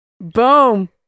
Boom